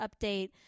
update